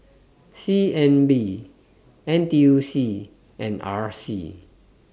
C N B N T U C and R C